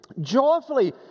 joyfully